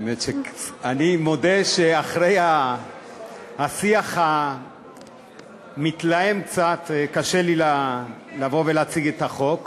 אני מודה שאחרי השיח המתלהם קצת קשה לי לבוא ולהציג את החוק.